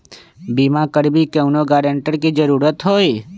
बिमा करबी कैउनो गारंटर की जरूरत होई?